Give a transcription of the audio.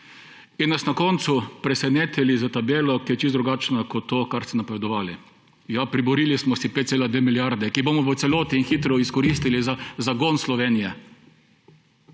in nas na koncu presenetili s tabelo, ki je čisto drugačna kot to, kar ste napovedovali. »Ja, priborili smo si 5,2 milijarde, ki jih bomo v celoti in hitro izkoristili za zagon Slovenije,«